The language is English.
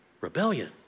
rebellion